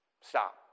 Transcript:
Stop